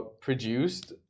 produced